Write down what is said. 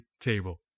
table